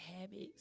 habits